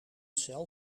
cel